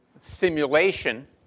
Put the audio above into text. simulation